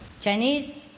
Chinese